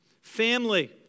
Family